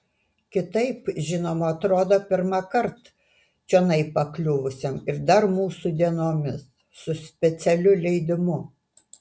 kitaip žinoma atrodo pirmąkart čionai pakliuvusiam ir dar mūsų dienomis su specialiu leidimu